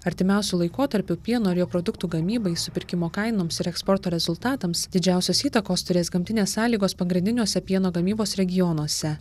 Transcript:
artimiausiu laikotarpiu pieno ir jo produktų gamybai supirkimo kainoms ir eksporto rezultatams didžiausios įtakos turės gamtinės sąlygos pagrindiniuose pieno gamybos regionuose